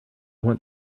want